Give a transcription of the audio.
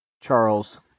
Charles